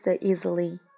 easily